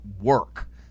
work